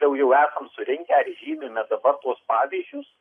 daug jau esam surinkę žymimės dabar tuos pavyzdžius